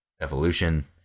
evolution